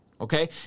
okay